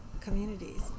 communities